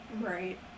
Right